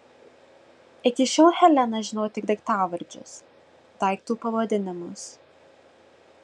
iki šiol helena žinojo tik daiktavardžius daiktų pavadinimus